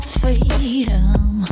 freedom